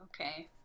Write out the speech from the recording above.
Okay